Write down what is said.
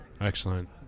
excellent